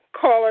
caller